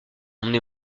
emmené